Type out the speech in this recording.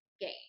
game